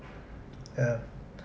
yeah